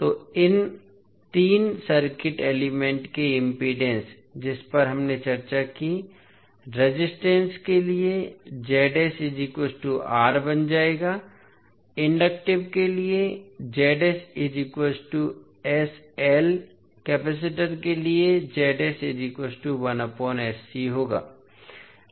तो इन तीन सर्किट एलिमेंट के इम्पीडेन्स जिस पर हमने चर्चा की रेजिस्टेंस के लिए बन जाएगा इंडक्टिव के लिए कपैसिटर के लिए होगा